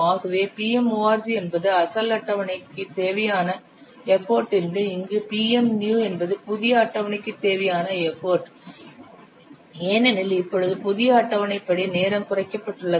ஆகவே pm org என்பது அசல் அட்டவணைக்குத் தேவையான எஃபர்ட் என்றும் இங்கு pm new என்பது புதிய அட்டவணைக்குத் தேவையான எஃபர்ட் ஏனெனில் இப்பொழுது புதிய அட்டவணைப்படி நேரம் குறைக்கப்பட்டுள்ளது